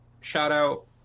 shout-out